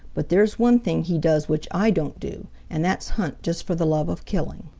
but there's one thing he does which i don't do and that's hunt just for the love of killing.